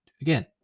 again